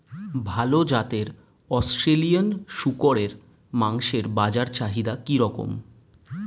ভাল জাতের অস্ট্রেলিয়ান শূকরের মাংসের বাজার চাহিদা কি রকম?